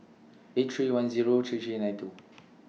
eight three one Zero three three nine two